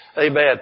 Amen